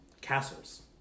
castles